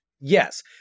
Yes